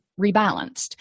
rebalanced